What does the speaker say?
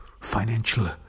financial